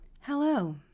Hello